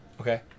Okay